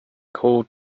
called